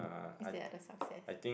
is there other success